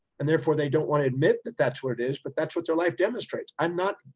and therefore, they don't want to admit that that's what it is, but that's what their life demonstrates. i'm not,